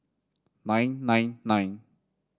nine nine nine